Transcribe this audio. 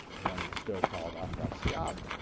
then still called afrasiyab,